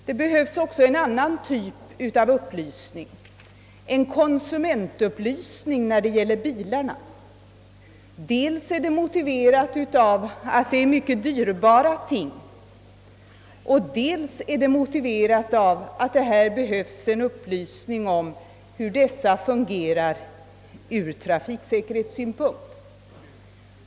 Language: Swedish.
Det behövs också en annan typ av upplysning, en konsumentupplysning när det gäller bilarna. Detta är motiverat dels därför att det gäller mycket dyrbara ting och dels därför att det här behövs en upplysning om hur dessa fungerar från trafiksäkerhetssynpunkt.